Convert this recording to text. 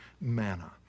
manna